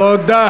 תודה.